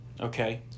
Okay